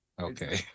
okay